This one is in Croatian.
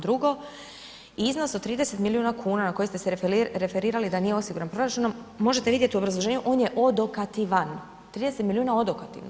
Drugo, iznos od 30 miliona kuna na koji ste se referirali da nije osiguran proračunom možete vidjeti u obrazloženju on je odokativan, 30 milijuna odokativno.